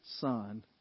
son